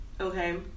Okay